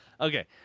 Okay